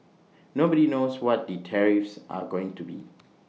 nobody knows what the tariffs are going to be